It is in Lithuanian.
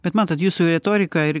bet matot jūsų retoriką ir